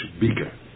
bigger